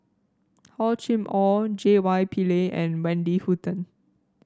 Hor Chim Or J Y Pillay and Wendy Hutton